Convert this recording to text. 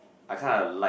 I kind of like